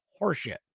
horseshit